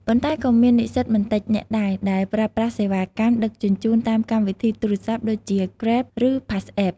ប៉ុន្តែក៏មាននិស្សិតមិនតិចនាក់ដែរដែលប្រើប្រាស់សេវាកម្មដឹកជញ្ជូនតាមកម្មវិធីទូរស័ព្ទដូចជា គ្រេប (Grab) ឬ ផាសអេប (Passapp)។